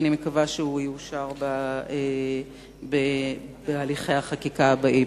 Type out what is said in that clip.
ואני מקווה שהוא יאושר בהליכי החקיקה הבאים.